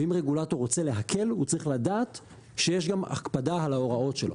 ואם רגולטור רוצה להקל או צריך לדעת שיש גם הקפדה על ההוראות שלו.